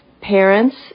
parents